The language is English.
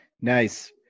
Nice